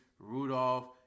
Rudolph